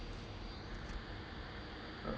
uh